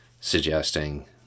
suggesting